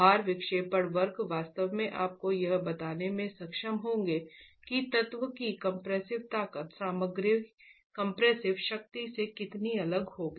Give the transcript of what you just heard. भार विक्षेपण वक्र वास्तव में आपको यह बताने में सक्षम होंगे कि तत्व की कंप्रेसिव ताकत सामग्री कंप्रेसिव शक्ति से कितनी अलग होगी